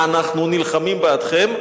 אנחנו נלחמים בעדכם,